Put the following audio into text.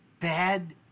bad